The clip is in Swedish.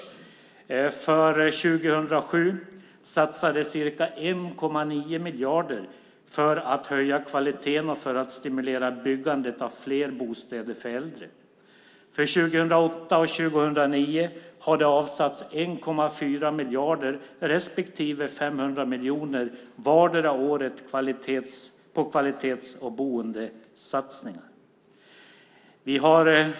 Under 2007 satsades ca 1,9 miljarder för att höja kvaliteten och för att stimulera byggandet av fler bostäder för äldre. Under 2008 och 2009 har det avsatts 1,4 miljarder respektive 500 miljoner vartdera året till kvalitets och boendesatsningar.